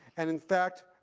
and, in fact,